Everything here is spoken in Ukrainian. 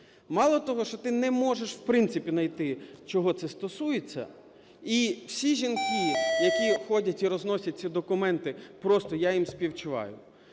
Мало того, що ти не можеш в принципі знайти, чого це стосується, і всі жінки, які ходять і розносять ці документи, просто я їм співчуваю.